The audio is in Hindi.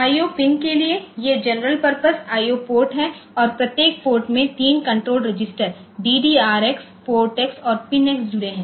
IO पिन के लिए ये जनरल पर्पस IO पोर्ट हैं और प्रत्येक पोर्ट में 3 कण्ट्रोल रजिस्टर DDRx PORTx और PINx जुड़े हैं